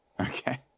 Okay